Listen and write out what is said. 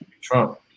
trump